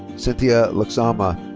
cynthia luxama.